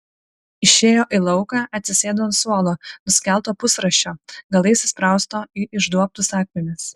išėjo į lauką atsisėdo ant suolo nuskelto pusrąsčio galais įsprausto į išduobtus akmenis